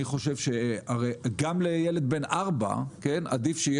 אני חושב שגם לילד בן ארבע עדיף שיהיה